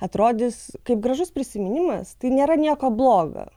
atrodys kaip gražus prisiminimas tai nėra nieko bloga